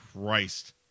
Christ